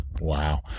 Wow